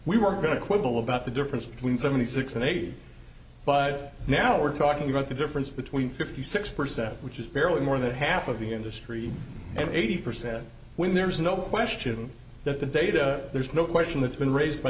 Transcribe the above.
we were going to quibble about the difference between seventy six and eighty but now we're talking about the difference between fifty six percent which is barely more than half of the industry and eighty percent when there is no question that the data there's no question that's been raised by